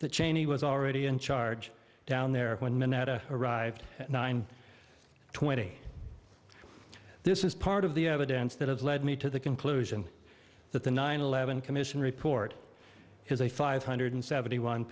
that cheney was already in charge down there when minetta arrived at nine twenty this is part of the evidence that has led me to the conclusion that the nine eleven commission report has a five hundred seventy one